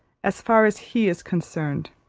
as far as he is concerned.